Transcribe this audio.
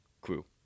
crew